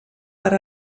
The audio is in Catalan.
per